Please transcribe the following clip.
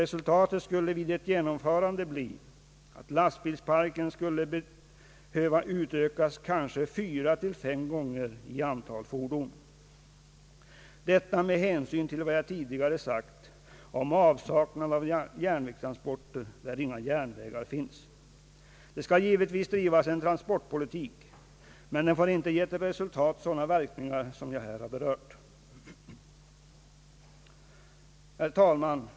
Resultatet av en övergång till mindre fordon skulle för övrigt bli att lastbilsparken behövde utökas kanske fyra å fem gånger, räknat i antal fordon — detta med hänsyn till vad jag tidigare sagt om avsaknad av järnvägstransporter på sträckor där inga järnvägar finns. Det skall givetvis drivas en transportpolitik, men den får inte ge till resultat sådana verkningar som jag här har berört. Herr talman!